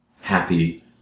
happy